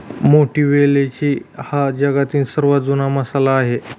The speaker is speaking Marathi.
मोठी वेलची हा जगातील सर्वात जुना मसाला आहे